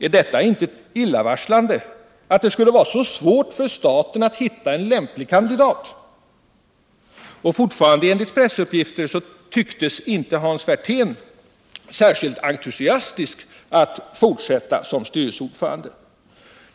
Är detta inte illavarslande — att det skall vara så svårt för staten att hitta en lämplig kandidat? Fortfarande enligt pressuppgifter tycktes inte Hans Werthén vara särskilt entusiastisk inför att fortsätta som styrelseordförande.